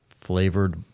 Flavored